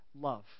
love